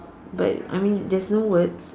but I mean there's no words